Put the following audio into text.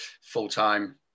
full-time